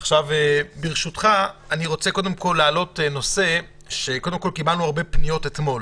אני רוצה להעלות נושא שקיבלנו לגביו הרבה פניות אתמול